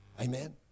Amen